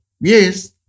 Yes